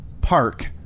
park